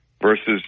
versus